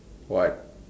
what